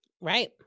Right